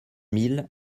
mille